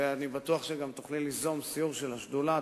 ואני בטוח שתוכלי ליזום סיור של השדולה.